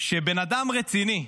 שבן אדם רציני,